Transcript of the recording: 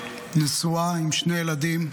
נשואה עם שני ילדים,